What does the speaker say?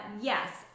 yes